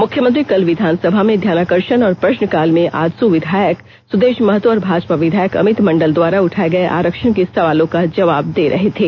मुख्यमंत्री कल विधानसभा में ध्यानाकर्षण और प्रष्न काल में आजसू विधायक सुदेष महतो और भाजपा विधायक अमित मंडल द्वारा उठाये गये आरक्षण के सवालों का जवाब दे रहे थे